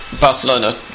Barcelona